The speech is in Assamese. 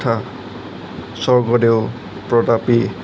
তথা স্বৰ্গদেউ প্ৰতাপী